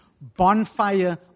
bonfire